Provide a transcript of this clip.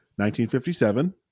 1957